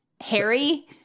Harry